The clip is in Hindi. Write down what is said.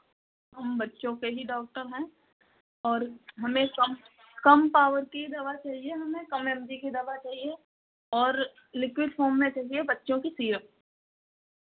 हम बच्चों के ही डॉक्टर हैं और हमें कम कम पावर की दवा चाहिए हमें कम एम जी की दवा चाहिए और लिक्विड फॉर्म में चहिए बच्चों की सीरप